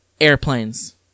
Airplanes